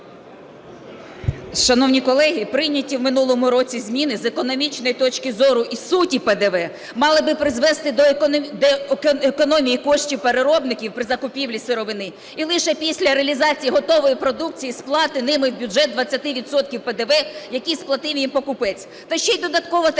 Шановні колеги! Прийняті в минулому році зміни, з економічної точки зору і суті ПДВ, мали би призвести до економії коштів переробників при закупівлі сировини, і лише після реалізації готової продукції сплати ними в бюджет 20 відсотків ПДВ, які сплатив їм покупець. Та ще й додатково такий